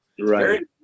right